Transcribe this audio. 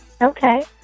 Okay